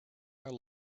our